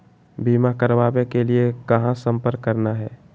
बीमा करावे के लिए कहा संपर्क करना है?